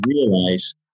realize